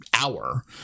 hour